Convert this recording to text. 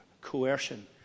coercion